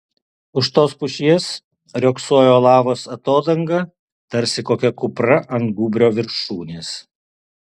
už tos pušies riogsojo lavos atodanga tarsi kokia kupra ant gūbrio viršūnės